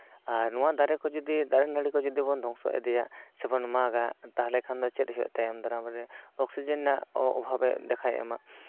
ᱟᱨ ᱱᱚᱣᱟ ᱫᱟᱨᱮ ᱠᱚ ᱡᱩᱫᱤ ᱫᱟᱨᱮ ᱱᱟᱹᱲᱤ ᱠᱚ ᱡᱩᱫᱤ ᱵᱚᱱ ᱫᱷᱚᱝᱥᱚ ᱤᱫᱤᱭᱟ ᱥᱮᱵᱚᱱ ᱢᱟᱜᱼᱟ ᱛᱟᱦᱚᱞᱮ ᱠᱷᱟᱱ ᱫᱚ ᱪᱮᱫ ᱦᱩᱭᱩᱜᱼᱟ ᱛᱟᱭᱚᱢ ᱫᱟᱨᱟᱢ ᱨᱮ ᱚᱠᱥᱤᱡᱮᱱ ᱨᱮᱱᱟᱜ ᱚᱵᱷᱟᱵᱽ ᱮ ᱫᱮᱠᱷᱟᱭ ᱮᱢᱟ